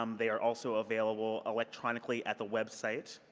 um they are also available electronically at the website.